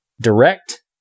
direct